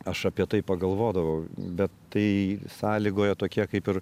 aš apie tai pagalvodavau bet tai sąlygoja tokie kaip ir